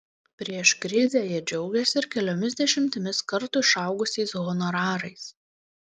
prieš krizę jie džiaugėsi ir keliomis dešimtimis kartų išaugusiais honorarais